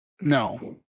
No